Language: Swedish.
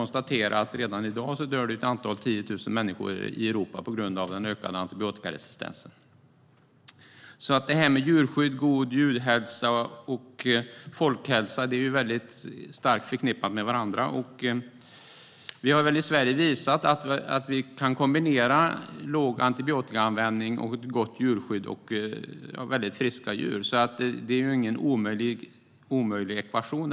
Redan i dag dör det ett antal tiotusen människor i Europa på grund av den ökade antibiotikaresistensen. Det här med djurskydd, god djurhälsa och folkhälsa är starkt förknippade med varandra. Vi i Sverige har visat att vi kan kombinera låg antibiotikaanvändning och ett gott djurskydd med väldigt friska djur. Detta är ju ingen omöjlig ekvation.